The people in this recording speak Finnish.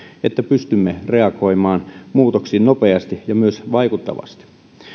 että pystymme reagoimaan muutoksiin nopeasti ja myös vaikuttavasti